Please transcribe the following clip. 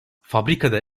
fabrikada